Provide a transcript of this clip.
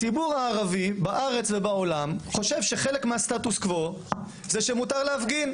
הציבור הערבי בארץ ובעולם חושב שחלק מהסטטוס קוו זה שמותר להפגין,